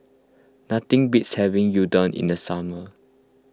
nothing beats having Unadon in the summer